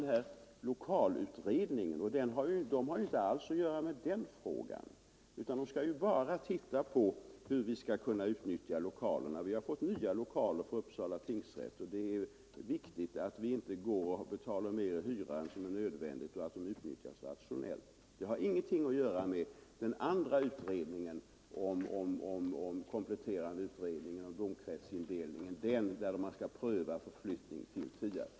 Ni talar båda om lokalutredningen, och den har inte alls att göra med frågan om domkretsindelningen, utan den utredningen skall bara titta på hur vi skall kunna utnyttja lokalerna. Vi har fått nya lokaler för Uppsala tingsrätt, och det är viktigt att vi inte betalar mer i hyra än nödvändigt och att lokalerna utnyttjas rationellt. Dessa frågor har således ingenting att göra med den kompletterande utredningen av domkretsindelningen - den där man skall pröva förflyttningen till Tierp.